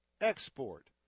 export